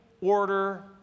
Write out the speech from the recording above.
order